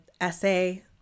essay